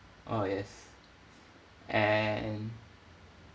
oh yes and